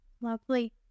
Lovely